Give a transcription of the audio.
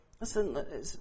Listen